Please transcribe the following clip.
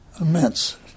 immense